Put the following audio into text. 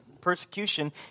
persecution